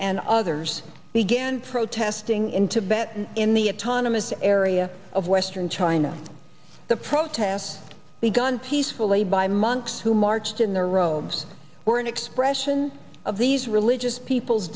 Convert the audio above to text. and others began protesting in tibet in the autonomy's the area of western china the protests begun peacefully by monks who marched in the roads were an expression of these religious people's